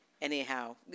Anyhow